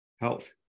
health